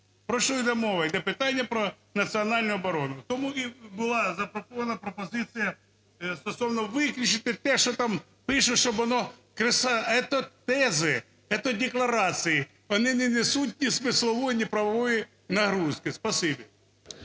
Про що іде мова? Іде питання про національну оборону. Тому і була запропонована пропозиція стосовно виключити те, що там, що воно… Это тези, это декларации, вони не несуть ні смислової, ні правової нагрузки.